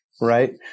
right